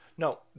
No